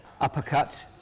uppercut